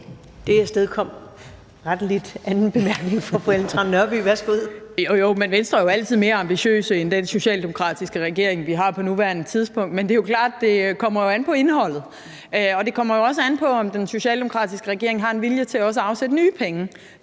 Det afstedkom rettelig den anden bemærkning fra fru Ellen Trane Nørby. Værsgo. Kl. 14:58 Ellen Trane Nørby (V): Jo, jo, men Venstre er jo altid mere ambitiøse end den socialdemokratiske regering, vi har på nuværende tidspunkt. Men det er jo klart, at det kommer an på indholdet. Det kommer også an på, om den socialdemokratiske regering har en vilje til også at afsætte nye penge